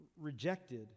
rejected